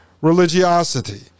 religiosity